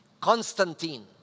Constantine